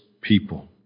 people